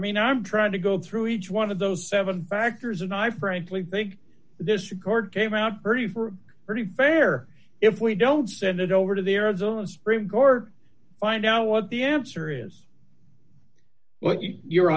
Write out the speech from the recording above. mean i'm trying to go through each one of those seven factors and i frankly think this record came out pretty for pretty fair if we don't send it over to the arizona supreme court find out what the answer is what you